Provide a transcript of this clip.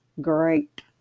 Great